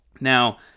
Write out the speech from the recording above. Now